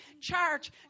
church